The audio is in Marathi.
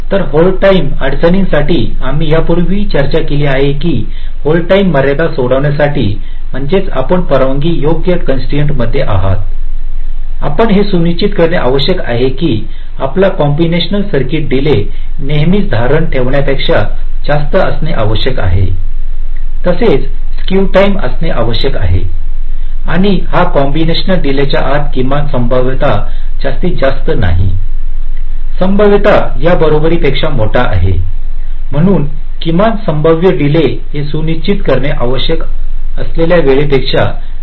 तर होल्ड टाइम अडचणींसाठी आम्ही यापूर्वीही चर्चा केली आहे की होल्ड टाइम मर्यादा सोडवण्यासाठी म्हणजेच आपण परवानगी योग्य कॉन्स्ट्राइन्टमध्ये आहात आपण हे सुनिश्चित करणे आवश्यक आहे की आपला कॉम्बिनेशनल सर्किट डीले नेहमीच धरून ठेवण्यापेक्षा जास्त असणे आवश्यक आहे तसेच स्क्यू टाइम असणे आवश्यक आहे आणि हा कॉम्बिनेशनल डीले आता किमान संभवतः जास्तीत जास्त नाही संभाव्यत या बरोबरीपेक्षा मोठा आहे म्हणून किमान संभाव्य डीले हे सुनिश्चित करणे आवश्यक असलेल्या वेळेपेक्षा जास्त असणे आवश्यक आहे